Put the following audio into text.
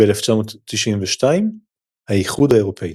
ב-1992 - "האיחוד האירופי".